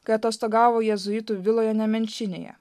kai atostogavo jėzuitų viloje nemenčinėje